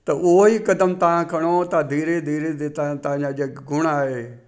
त उहो ई कदम तव्हां खणो त धीरे धीरे तव्हांजा जेके गुण आहे